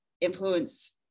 influence